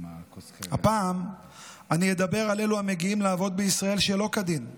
הפעם אני אדבר על אלה המגיעים לעבוד בישראל שלא כדין,